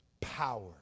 power